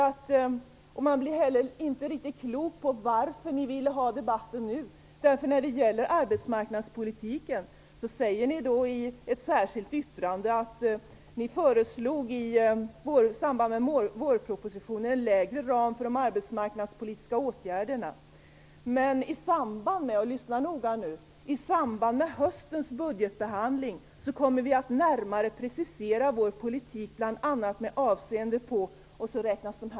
Jag blir inte heller riktigt klar över varför man ville ha debatten nu. Man säger nämligen när det gäller arbetsmarknadspolitiken i ett särskilt yttrande att man i samband med vårpropositionen föreslog en mindre ram för de arbetsmarknadspolitiska åtgärderna. Men - och lyssna noga nu - i samband med höstens budgetbehandling kommer man att närmare precisera sin politik i vissa avseenden.